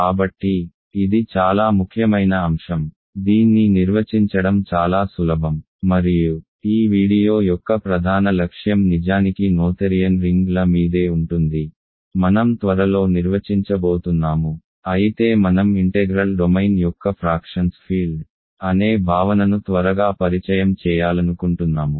కాబట్టి ఇది చాలా ముఖ్యమైన అంశం దీన్ని నిర్వచించడం చాలా సులభం మరియు ఈ వీడియో యొక్క ప్రధాన లక్ష్యం నిజానికి నోథెరియన్ రింగ్ల మీదే ఉంటుంది మనం త్వరలో నిర్వచించబోతున్నాను అయితే మనం ఇంటెగ్రల్ డొమైన్ యొక్క ఫ్రాక్షన్స్ ఫీల్డ్ అనే భావనను త్వరగా పరిచయం చేయాలనుకుంటున్నాము